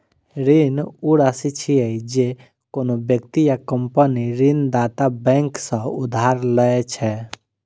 ऋण ऊ राशि छियै, जे कोनो व्यक्ति या कंपनी ऋणदाता बैंक सं उधार लए छै